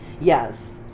Yes